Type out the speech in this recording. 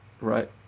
right